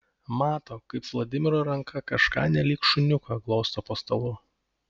mato kaip vladimiro ranka kažką nelyg šuniuką glosto po stalu